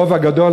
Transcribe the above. הרוב הגדול,